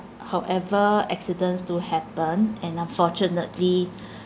however accidents do happen and unfortunately